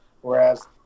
whereas